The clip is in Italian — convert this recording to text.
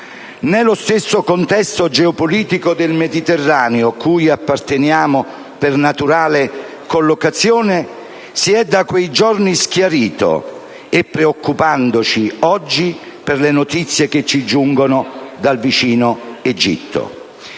Né lo stesso contesto geopolitico del Mediterraneo, cui apparteniamo per naturale collocazione, si è da quei giorni schiarito, preoccupandoci oggi per le notizie che ci giungono dal vicino Egitto.